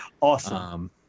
Awesome